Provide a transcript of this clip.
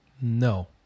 No